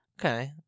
Okay